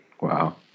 Wow